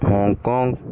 Hong Kong